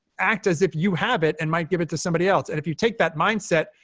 act as if you have it and might give it to somebody else. and if you take that mindset,